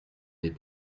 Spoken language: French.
n’est